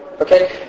Okay